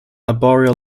arboreal